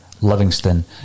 Livingston